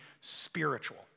spiritual